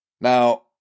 Now